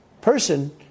person